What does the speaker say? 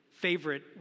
favorite